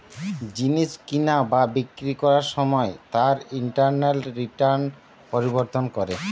জিনিস কিনা বা বিক্রি করবার সময় তার ইন্টারনাল রিটার্ন পরিবর্তন করে